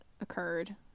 occurred